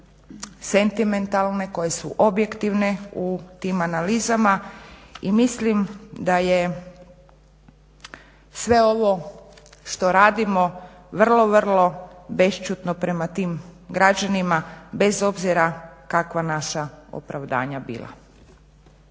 sentimentalne, koje su objektivne u tim analizama, i mislim da je sve ovo što radimo vrlo, vrlo bešćutno prema tim građanima, bez obzira kakva naša opravdanja bila.